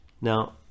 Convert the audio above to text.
now